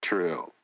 True